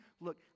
Look